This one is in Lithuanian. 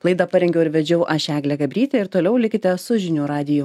laidą parengiau ir vedžiau aš eglė gabrytė ir toliau likite su žinių radiju